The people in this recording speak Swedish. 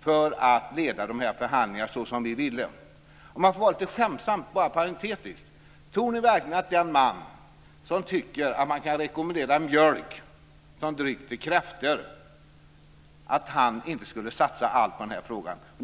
för att leda dessa förhandlingar såsom vi ville. Om jag får vara lite skämtsam vill jag parentetiskt fråga om ni verkligen tror att den man som tycker att man kan rekommendera mjölk som dryck till kräftor inte skulle satsa allt på denna fråga.